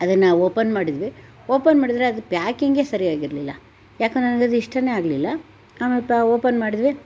ಅದನ್ನ ಓಪನ್ ಮಾಡಿದ್ವಿ ಓಪನ್ ಮಾಡಿದರೆ ಅದ್ರ ಪ್ಯಾಕಿಂಗೆ ಸರಿಯಾಗಿರ್ಲಿಲ್ಲ ಯಾಕಂದ್ರೆ ನನ್ಗದು ಇಷ್ಟನೇ ಆಗಲಿಲ್ಲ ಆಮೇಲೆ ಪಾ ಓಪನ್ ಮಾಡಿದ್ವಿ